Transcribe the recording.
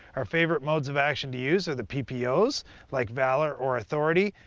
our favorite modes of action to use are the ppo's, like valor or authority,